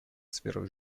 сферах